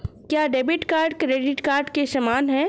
क्या debit card credit card के समान है?